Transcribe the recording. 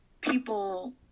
people